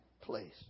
place